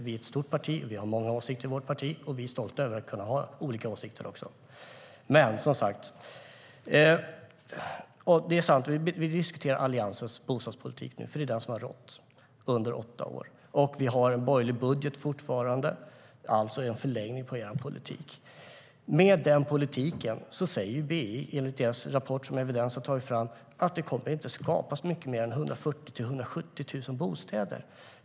Vi är ett stort parti, vi har många olika åsikter och vi är stolta över att kunna ha det. BI säger i sin rapport, som Evidens har tagit fram, att med den politiken kommer det inte att skapas mycket mer än 140 000-170 000 bostäder.